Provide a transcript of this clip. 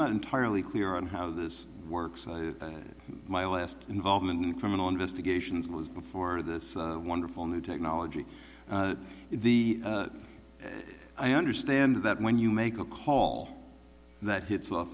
not entirely clear on how this works in my last involvement in criminal investigations was before this wonderful new technology the i understand that when you make a call that hits